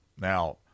now